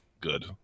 good